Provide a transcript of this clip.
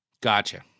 Gotcha